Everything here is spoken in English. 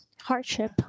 hardship